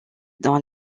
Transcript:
dans